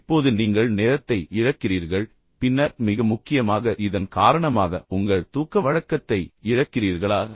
இப்போது நீங்கள் நேரத்தை இழக்கிறீர்கள் பின்னர் மிக முக்கியமாக இதன் காரணமாக உங்கள் தூக்க வழக்கத்தை இழக்கிறீர்களா